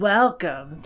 Welcome